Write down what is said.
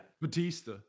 Batista